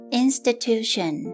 institution